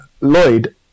Lloyd